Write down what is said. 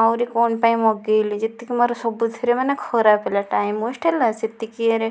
ଆହୁରି କଣ ପାଇଁ ମଗେଇଲି ଯେତିକି ମୋର ସବୁଥିରେ ମାନେ ଖରାପ ହେଲା ଟାଇମ ୱେସ୍ଟ ହେଲା ସେତିକି ଇଏରେ